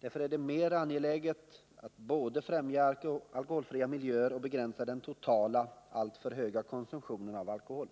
Därför är det mer angeläget att både främja alkoholfria miljöer och begränsa den totala, alltför höga konsumtionen av alkohol.